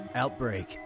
outbreak